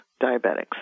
diabetics